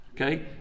Okay